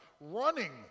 running